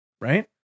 right